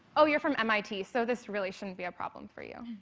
oh you're from mit, so this really shouldn't be a problem for you.